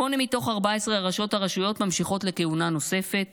8 מתוך 14 ראשות הרשויות ממשיכות לכהונה נוספת,